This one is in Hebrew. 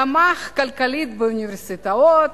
תמך כלכלית באוניברסיטאות,